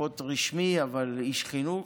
פחות רשמי אבל איש חינוך,